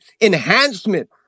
enhancement